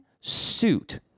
suit